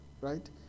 right